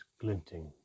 glinting